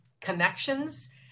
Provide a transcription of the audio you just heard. connections